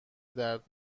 درد